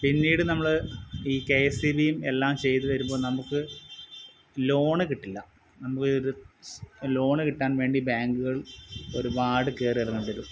പിന്നീട് നമ്മള് ഈ കെ എസ് ഇ ബി യും എല്ലാം ചെയ്ത് വരുമ്പോൾ നമുക്ക് ലോണ് കിട്ടില്ല നമുക്ക് ലോണ് കിട്ടാൻ വേണ്ടി ബാങ്കുകൾ ഒരുപാട് കയറി ഇറങ്ങേണ്ടി വരും